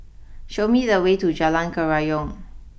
show me the way to Jalan Kerayong